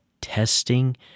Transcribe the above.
testing